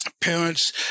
parents